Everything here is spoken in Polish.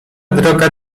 droga